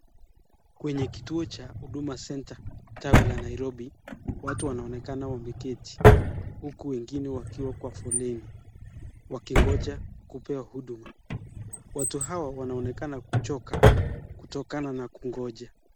Kwenye kituo cha huduma senta, tawi la nairobi, watu wanaonekana wameketi huki wengine wakiwa kwa foleni wakingoja kupewa huduma, watu hawa wanaonekana kuchoka kutokana na kungoja.